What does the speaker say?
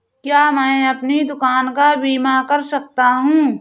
क्या मैं अपनी दुकान का बीमा कर सकता हूँ?